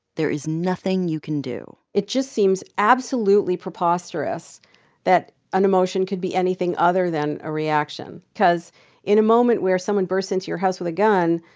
there is nothing you can do it just seems absolutely preposterous that an emotion could be anything other than a reaction because in a moment where someone bursts into your house with a gun,